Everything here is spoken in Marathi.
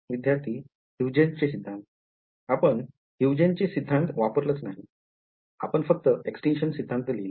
विद्यार्थी हुयजन आपण हुयजन सिद्धांत वापरलाच नाही आपण फक्त एक्सटीनकॅशन सिद्धांत लिहिला